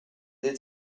did